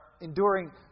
enduring